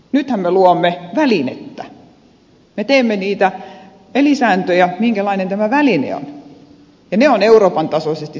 nythän me luomme välinettä me teemme niitä pelisääntöjä minkälainen tämä väline on ja ne ovat euroopan tasoisesti samanlaiset